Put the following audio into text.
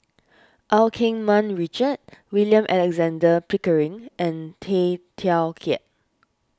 Eu Keng Mun Richard William Alexander Pickering and Tay Teow Kiat